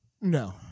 No